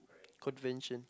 convention